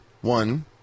One